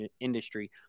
industry